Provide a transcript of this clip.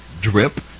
Drip